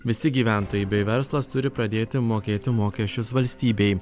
visi gyventojai bei verslas turi pradėti mokėti mokesčius valstybei